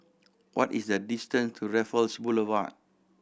what is the distance to Raffles Boulevard